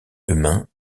humain